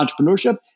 entrepreneurship